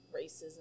racism